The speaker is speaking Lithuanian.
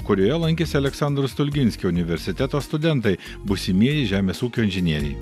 kurioje lankėsi aleksandro stulginskio universiteto studentai būsimieji žemės ūkio inžinieriai